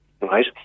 right